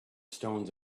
stones